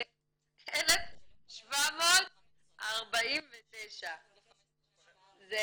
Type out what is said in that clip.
1,749. זה